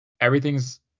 Everything's